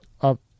Up